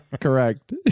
Correct